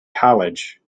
college